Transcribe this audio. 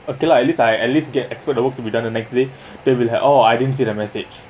okay lah at least I at least get exposed the whole to be done the next day they will be like oh I didn't see the message